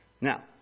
Now